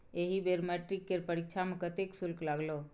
एहि बेर मैट्रिक केर परीक्षा मे कतेक शुल्क लागलौ?